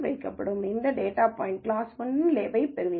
எனவே இந்த டேட்டா பாய்ன்ட்க்கு கிளாஸ் 1 இன் லேபிளைப் பெறுவீர்கள்